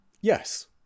Yes